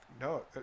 No